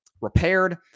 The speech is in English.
repaired